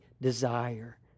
desire